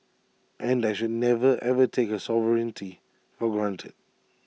and I should never ever take her sovereignty for granted